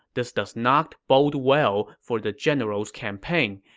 this does not bold well for the general's campaign.